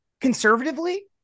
conservatively